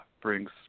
brings